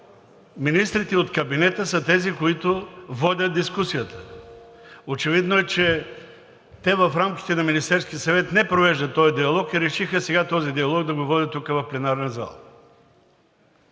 министрите от кабинета са тези, които водят дискусията. Очевидно е, че в рамките на Министерския съвет не провеждат този диалог и решиха сега този диалог да го водят тук, в пленарната зала.